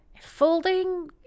Folding